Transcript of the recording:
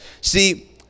See